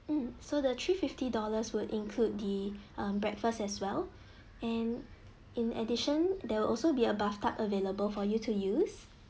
mm so the three fifty dollars would include the uh breakfast as well and in addition there will also be a bathtub available for you to use